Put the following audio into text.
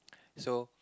so